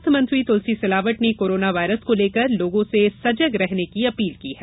स्वास्थ्य मंत्री तुलसी सिलावट ने कोरोना वायरस को लेकर लोगों से सजग रहने की अपील की है